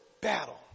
battle